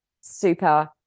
super